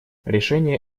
решение